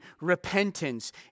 repentance